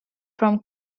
from